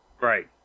Right